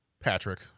Patrick